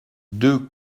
deux